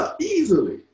Easily